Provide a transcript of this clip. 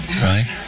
Right